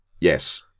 Yes